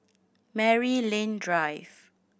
Maryland Drive